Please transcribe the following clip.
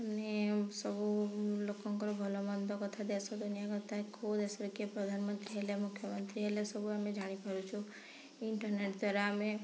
ତା ମାନେ ସବୁ ଲୋକଙ୍କର ଭଲ ମନ୍ଦ କଥା ଦେଶ ଦୁନିଆ କଥା କେଉଁ ଦେଶରେ କିଏ ପ୍ରଧାନମନ୍ତ୍ରୀ ହେଲେ ମୁଖ୍ୟମନ୍ତ୍ରୀ ହେଲେ ସବୁ ଆମେ ଜାଣି ପାରୁଛୁ ଇଣ୍ଟରନେଟ୍ ଦ୍ଵାରା ଆମେ